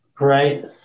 Right